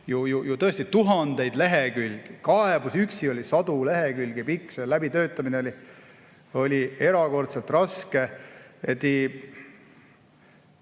ju tõesti tuhandeid lehekülgi, kaebus üksi oli sadu lehekülgi pikk, selle läbitöötamine oli erakordselt raske.